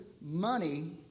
money